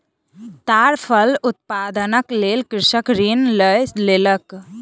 ताड़ फल उत्पादनक लेल कृषक ऋण लय लेलक